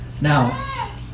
Now